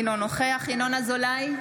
אינו נוכח ינון אזולאי,